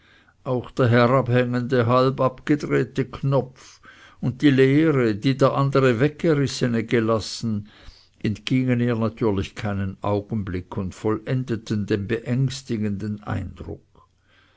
auch der herabhängende halb abgedrehte knopf und die leere die der andere weggerissene gelassen entgingen ihr natürlich keinen augenblick und vollendeten den beängstigenden eindruck